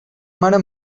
mare